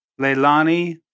Leilani